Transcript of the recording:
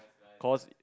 cause it